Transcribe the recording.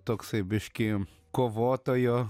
toksai biškį kovotojo